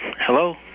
Hello